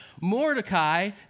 Mordecai